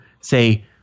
say